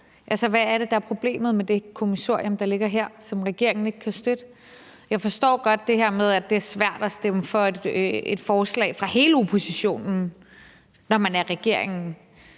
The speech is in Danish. hvad er det, der er problemet med det kommissorium, der ligger her, og som regeringen ikke kan støtte? Jeg forstår godt det her med, at det er svært at stemme for et forslag fra hele oppositionen, når man er regering.